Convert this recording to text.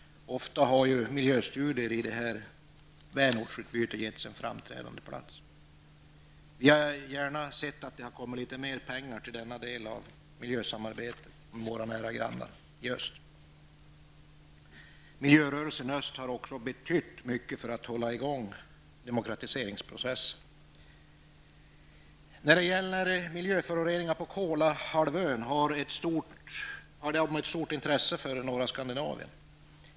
Ofta har ju miljöstudier fått en framträdande plats i det sammanhanget. Vi hade gärna sett att litet mera pengar avsattes till den typen av miljösamarbete med våra nära grannar i öst. Miljörörelsen i öst har också betytt mycket för att demokratiseringsprocessen har kunnat hållas vid liv. Miljöföroreningarna på Kolahalvön är av stort intresse för norra Skandinavien.